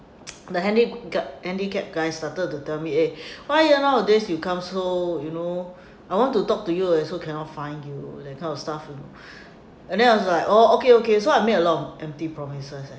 the handicapped handicapped guy started to tell me eh why you nowadays you come so you know I want to talk to you also cannot find you that kind of stuff you know and then I was like oh okay okay so what me a lot of empty promises